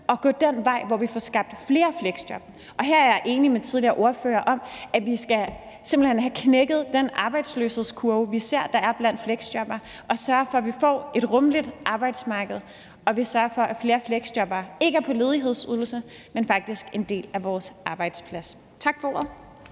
der fører til, at vi får skabt flere fleksjob. Her er jeg enig med tidligere ordførere i, at vi simpelt hen skal have knækket den arbejdsløshedskurve, vi ser der er for fleksjobbere, og sørge for, at vi får et rummeligt arbejdsmarked, og for, at flere fleksjobbere ikke er på ledighedsydelse, men faktisk er en del af vores arbejdsmarked.